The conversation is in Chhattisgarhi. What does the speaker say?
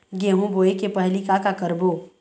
गेहूं बोए के पहेली का का करबो?